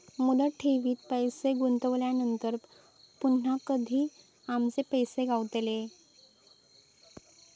मुदत ठेवीत पैसे गुंतवल्यानंतर पुन्हा कधी आमचे पैसे गावतले?